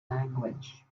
language